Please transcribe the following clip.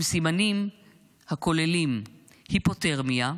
עם סימנים הכוללים היפותרמיה,